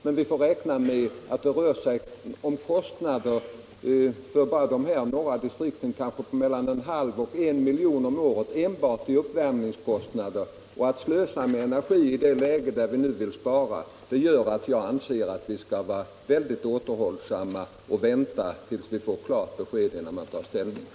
Men vi får räkna med att det för de norra militärområdena rör sig om kostnader på mellan en halv och en miljon om året för uppvärmningen. I ett läge där vi vill spara anser jag att vi skall vara mycket återhållsamma och vänta med att ta ställning i denna fråga tills vi får klart besked.